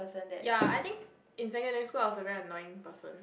ya I think in secondary school I was a very annoying person